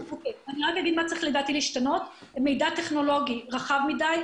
אני רק אגיד מה צריך לדעתי להשתנות: "מידע טכנולוגי" זה רחב מדי,